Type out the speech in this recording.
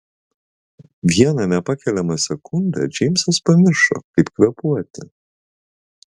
vieną nepakeliamą sekundę džeimsas pamiršo kaip kvėpuoti